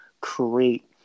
create